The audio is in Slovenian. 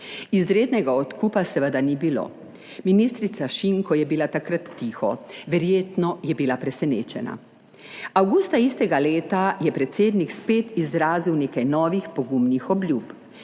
Izrednega odkupa seveda ni bilo. Ministrica Šinko je bila takrat tiho, verjetno je bila presenečena. Avgusta istega leta je predsednik spet izrazil nekaj novih pogumnih obljub: